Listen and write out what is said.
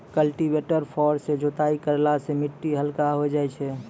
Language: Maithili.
कल्टीवेटर फार सँ जोताई करला सें मिट्टी हल्का होय जाय छै